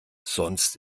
sonst